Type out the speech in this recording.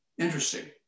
interesting